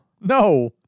No